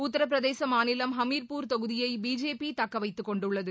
உத்தரப்பிரதேச மாநிலம் ஹமீாபூர் தொகுதியை பிஜேபி தக்க வைத்துக் கொண்டுள்ளது